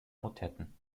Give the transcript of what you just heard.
motetten